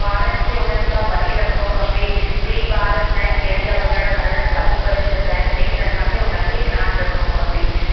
ॿारनि खे उन्हनि सां परे रखिणो खपे कई ॿार उन्हनि गैस जा बटण हर हर चालू करे छॾींदा आहिनि लेकिन असांखे उन्हनि खे ध्यानु रखिणो खपे